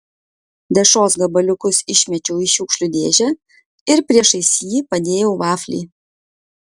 dešros gabaliukus išmečiau į šiukšlių dėžę ir priešais jį padėjau vaflį